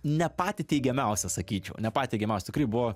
ne patį teigiamiausią sakyčiau ne patį teigiamiausią tikrai buvo